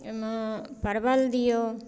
ओहिमे परवल दियौ